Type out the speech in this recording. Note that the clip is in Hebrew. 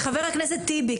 חבר הכנסת טיבי,